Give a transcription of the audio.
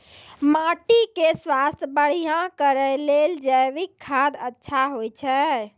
माटी के स्वास्थ्य बढ़िया करै ले जैविक खाद अच्छा होय छै?